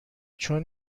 چون